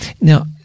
Now